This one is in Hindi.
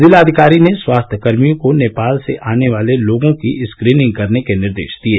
जिलाधिकारी ने स्वास्थ्यकर्मियों को नेपाल से आने वाले लोगों की स्क्रीनिंग करने के निर्देश दिये